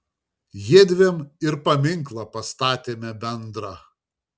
jiedviem ir paminklą pastatėme bendrą